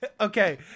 Okay